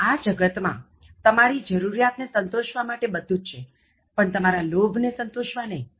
આ જગત માં તમારી જરુરિયાત ને સંતોષવા માટે બધું જ છે પણ તમારા લોભ ને સંતોષવા નહી